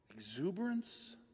exuberance